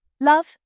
Love